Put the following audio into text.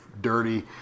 dirty